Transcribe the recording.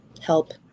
help